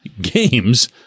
games